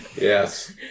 Yes